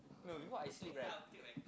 no before I sleep right